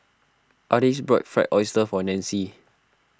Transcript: Ardis bought Fried Oyster for Nancy